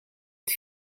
het